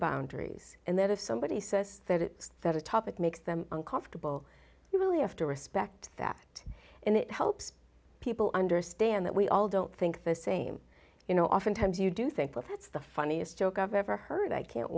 boundaries and that if somebody says that that a topic makes them uncomfortable you really have to respect that and it helps people understand that we all don't think the same you know oftentimes you do think of that's the funniest joke i've ever heard i can't